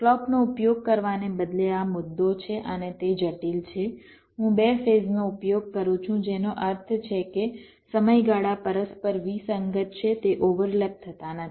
ક્લૉકનો ઉપયોગ કરવાને બદલે આ મુદ્દો છે અને તે જટિલ છે હું બે ફેઝનો ઉપયોગ કરું છું જેનો અર્થ છે કે સમયગાળા પરસ્પર વિસંગત છે તે ઓવરલેપ થતા નથી